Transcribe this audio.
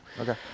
Okay